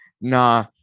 nah